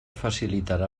facilitarà